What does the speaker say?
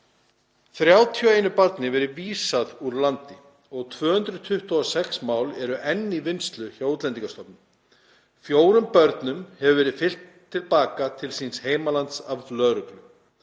31 barni verði vísað úr landi og 226 mál eru enn í vinnslu hjá Útlendingastofnun. Fjórum börnum hefur verið fylgt til baka til síns heimalands af lögreglu.